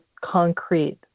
concrete